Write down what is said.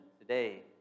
today